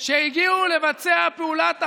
שהגיעו לבצע פעולת אכיפה,